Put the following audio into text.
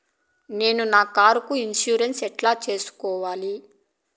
నేను నా కారుకు ఇన్సూరెన్సు ఎట్లా సేసుకోవాలి